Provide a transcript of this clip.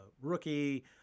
rookie